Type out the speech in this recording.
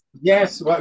Yes